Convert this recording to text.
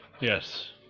Yes